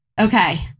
Okay